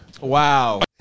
Wow